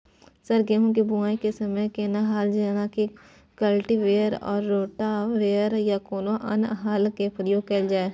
Sir गेहूं के बुआई के समय केना हल जेनाकी कल्टिवेटर आ रोटावेटर या कोनो अन्य हल के प्रयोग कैल जाए?